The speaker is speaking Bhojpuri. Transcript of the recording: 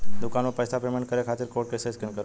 दूकान पर पैसा पेमेंट करे खातिर कोड कैसे स्कैन करेम?